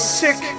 sick